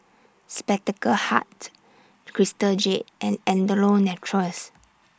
Spectacle Hut Crystal Jade and Andalou Naturals